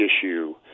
issue